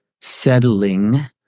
settling